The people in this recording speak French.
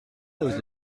noz